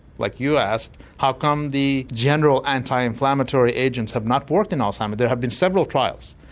like you asked, how come the general anti-inflammatory agents have not worked in alzheimer's there have been several trials.